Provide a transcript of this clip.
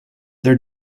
their